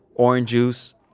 orange juice,